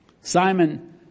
Simon